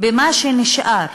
במה שנשאר